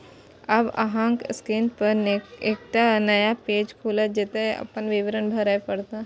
आब अहांक स्क्रीन पर एकटा नया पेज खुलत, जतय अपन विवरण भरय पड़त